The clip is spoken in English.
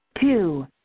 Two